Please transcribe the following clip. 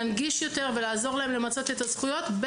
להנגיש יותר ולעזור להם למצות את הזכויות,